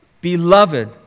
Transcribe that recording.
Beloved